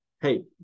Hey